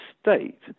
state